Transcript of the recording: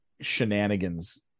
shenanigans